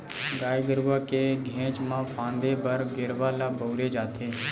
गाय गरुवा के घेंच म फांदे बर गेरवा ल बउरे जाथे